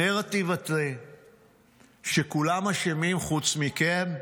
הנרטיב הזה שכולם אשמים חוץ מכם,